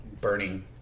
burning